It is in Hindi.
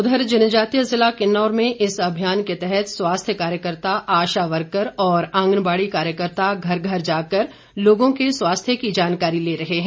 उधर जनजातीय जिला किन्नौर में इस अभियान के तहत स्वास्थ्य कार्यकर्ता आशा वर्कर और आंगनबाड़ी कार्यकर्ता घर घर जाकर लोगों के स्वास्थ्य की जानकारी ले रहे हैं